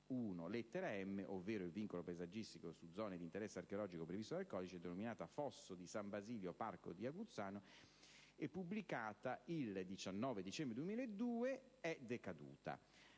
1, lettera *m)* (ovvero il vincolo paesaggistico su zone di interesse archeologico previsto dal Codice), denominata Fosso di San Basilio-Parco di Aguzzano e pubblicata il 19 dicembre 2002, è decaduta.